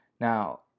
now